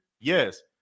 Yes